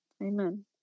Amen